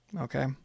Okay